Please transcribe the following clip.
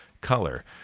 color